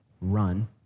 run